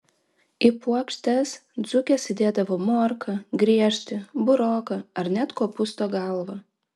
į puokštes dzūkės įdėdavo morką griežtį buroką ar net kopūsto galvą